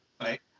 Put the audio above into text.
right